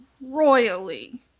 royally